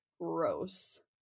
gross